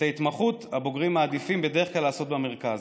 את ההתמחות הבוגרים מעדיפים בדרך כלל לעשות במרכז,